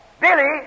Billy